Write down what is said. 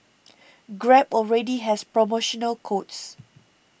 grab already has promotional codes